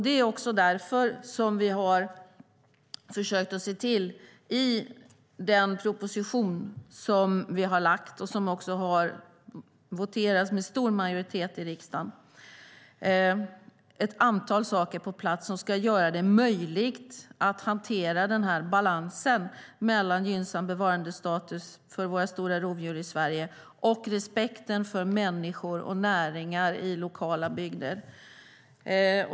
Det är också därför vi har försökt att se till att i den proposition som vi har lagt fram och som vi också har voterat för med stor majoritet i riksdagen få ett antal saker på plats som ska göra det möjligt att hantera balansen mellan gynnsam bevarandestatus för våra stora rovdjur i Sverige och respekten för människor och näringar i lokala bygder.